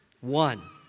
one